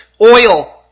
Oil